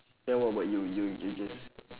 then what about you you're you're just